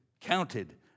counted